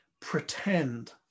pretend